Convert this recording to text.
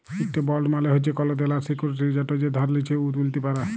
ইকট বল্ড মালে হছে কল দেলার সিক্যুরিটি যেট যে ধার লিছে উ তুলতে পারে